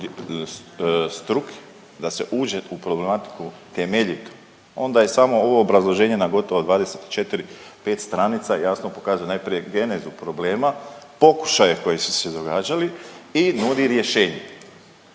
struke da se uđe u problematiku temeljitu onda je samo ovo obrazloženje na gotovo 24, pet stranica jasno pokazuje najprije genezu problema, pokušaje koji su se događali i nudi rješenje.